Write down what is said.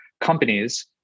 companies